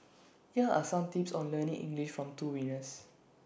here are some tips on learning English from two winners